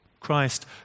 Christ